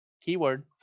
keyword